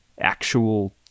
Actual